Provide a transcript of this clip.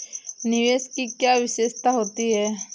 निवेश की क्या विशेषता होती है?